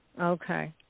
Okay